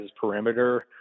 perimeter